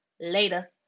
later